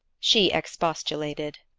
she expostulated,